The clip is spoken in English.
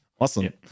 Awesome